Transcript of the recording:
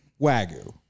Wagyu